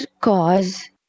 cause